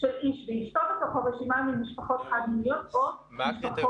של "איש ואשתו" בתוך הרשימה ממשפחות חד-מיניות או משפחות